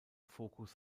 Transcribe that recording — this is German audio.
fokus